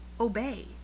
obey